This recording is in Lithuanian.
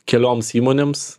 kelioms įmonėms